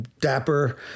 dapper